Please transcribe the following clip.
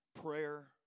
prayer